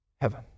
heaven